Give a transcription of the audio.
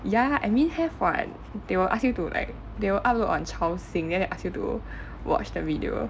ya I mean have [what] they will ask you to like they will upload on 超星 then they ask you to watch the video